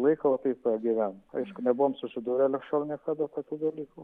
laiko va taip va gyvent aišku nebuvom susidūrę lig šiol niekada tokių dalykų